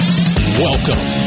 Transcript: Welcome